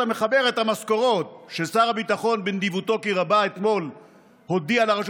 אתה מחבר את המשכורות ששר הביטחון בנדיבותו כי רבה אתמול הודיע לרשות